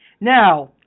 Now